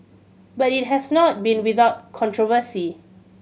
but it has not been without controversy